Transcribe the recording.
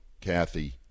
Kathy